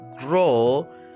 grow